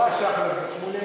בבקשה, חבר הכנסת שמולי.